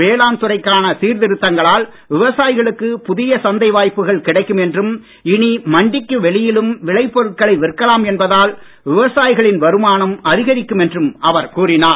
வேளாண் துறைக்கான சீர்திருத்தங்களால் விவசாயிகளுக்கு புதிய சந்தை வாய்ப்புகள் கிடைக்கும் என்றும் இனி மண்டிக்கு வெளியிலும் விளைபொருட்களை விற்கலாம் என்பதால் விவசாயிகளின் வருமானம் அதிகரிக்கும் என்றும் அவர் கூறினார்